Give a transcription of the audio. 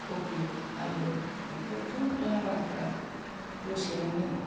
कबि आलु बेफोरथ' लाब्राफोरा दसेनो मोनो